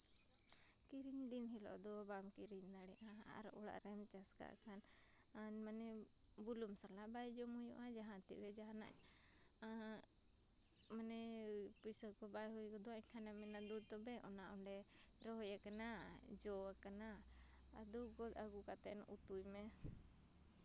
ᱠᱤᱨᱤᱧ ᱫᱤᱱ ᱦᱤᱞᱳᱜ ᱫᱚ ᱵᱟᱢ ᱠᱤᱨᱤᱧ ᱫᱟᱲᱮᱭᱟᱜᱼᱟ ᱟᱨ ᱚᱲᱟᱜ ᱨᱮᱢ ᱪᱟᱥ ᱠᱟᱜ ᱠᱷᱟᱱ ᱢᱟᱱᱮ ᱵᱩᱞᱩᱝ ᱥᱟᱞᱟᱜ ᱵᱟᱭ ᱡᱚᱢ ᱦᱩᱭᱩᱜᱼᱟ ᱡᱟᱦᱟᱸ ᱛᱤᱨᱮ ᱡᱟᱦᱟᱱᱟᱜ ᱢᱟᱱᱮ ᱯᱚᱭᱥᱟ ᱠᱚ ᱵᱟᱭ ᱦᱩᱭᱩᱜ ᱜᱚᱫᱚᱜᱼᱟ ᱮᱱᱠᱷᱟᱱᱮᱢ ᱢᱮᱱᱟ ᱫᱩ ᱛᱚᱵᱮ ᱚᱱᱟ ᱚᱸᱰᱮ ᱨᱚᱦᱚᱭ ᱟᱠᱟᱱᱟ ᱡᱚ ᱟᱠᱟᱱᱟ ᱟᱫᱚ ᱫᱩ ᱜᱚᱫ ᱟᱹᱜᱩ ᱠᱟᱛᱮᱫ ᱩᱛᱩᱭ ᱢᱮ